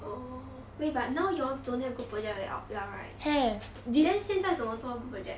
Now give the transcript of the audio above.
oh wait but now you all don't have group project liao right then 现在怎么做 group project